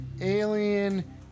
alien